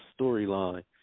storyline